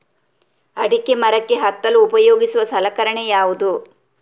ಅಡಿಕೆ ಮರಕ್ಕೆ ಹತ್ತಲು ಉಪಯೋಗಿಸುವ ಸಲಕರಣೆ ಯಾವುದು?